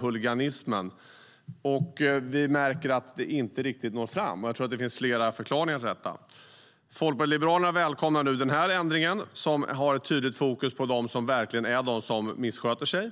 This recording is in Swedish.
huliganismen, men vi märker att det inte riktigt når fram. Jag tror att det finns flera förklaringar till detta. Folkpartiet liberalerna välkomnar nu den här ändringen som har ett tydligt fokus på dem som verkligen missköter sig.